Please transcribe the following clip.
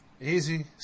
Easy